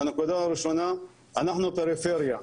הנקודה הראשונה אנחנו פריפריה,